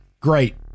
Great